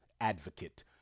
Advocate